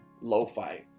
Lo-fi